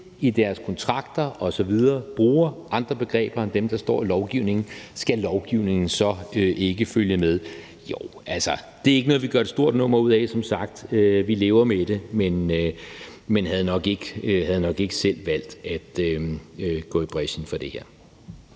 i deres kontrakter osv. bruger andre begreber end dem, der står i lovgivningen, skal lovgivningen så ikke følge med? Jo. Altså, det er som sagt ikke noget, vi gør et stort nummer ud af. Vi lever med det, men havde nok ikke selv valgt at gå i brechen for det her.